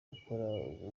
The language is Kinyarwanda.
gukora